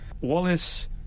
Wallace